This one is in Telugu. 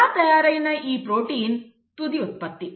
అలా తయారయిన ఈ ప్రోటీన్ తుది ఉత్పత్తి